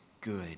good